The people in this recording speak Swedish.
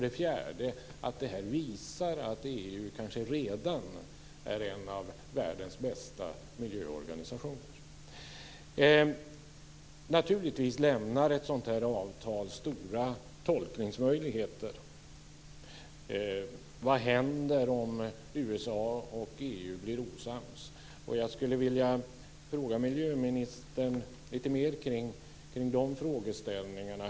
Det här visar också att EU kanske redan är en av världens bästa miljöorganisationer. Naturligtvis lämnar ett sådant här avtal stora tolkningsmöjligheter. Vad händer om USA och EU blir osams? Jag skulle vilja fråga miljöministern lite mer kring de frågeställningarna.